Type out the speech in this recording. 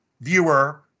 viewer